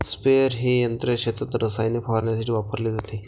sprayer हे यंत्र शेतात रसायने फवारण्यासाठी वापरले जाते